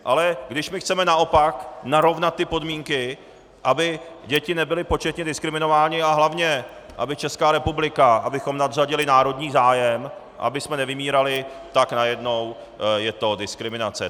Ale když my chceme naopak narovnat podmínky, aby děti nebyly početně diskriminovány, a hlavně aby Česká republika, abychom nadřadili národní zájem, abychom nevymírali, tak najednou je to diskriminace.